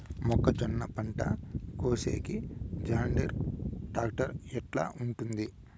మొక్కజొన్నలు పంట కోసేకి జాన్డీర్ టాక్టర్ ఎట్లా ఉంటుంది?